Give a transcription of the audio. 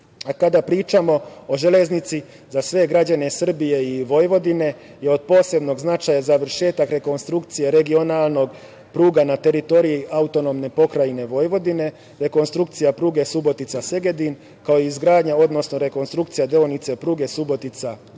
pričamo o železnici, za sve građane Srbije i Vojvodine je od posebnog značaj završetak rekonstrukcije regionalnih pruga na teritoriji AP Vojvodine, rekonstrukcija pruge Subotica – Segedin, kao i izgradnja, odnosno rekonstrukcija deonice pruge Subotica